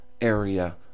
area